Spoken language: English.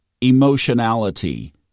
emotionality